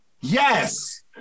Yes